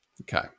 okay